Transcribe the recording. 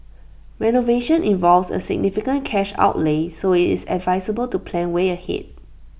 renovation involves A significant cash outlay so IT is advisable to plan way ahead